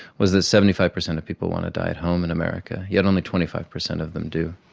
was that seventy five percent of people want to die at home in america, yet only twenty five percent of them do.